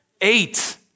Eight